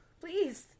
please